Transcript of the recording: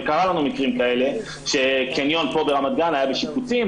וקרה לנו מקרים כאלה שקניון פה ברמת גן היה בשיפוצים,